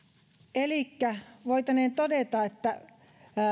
elikkä voitaneen todeta että